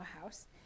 house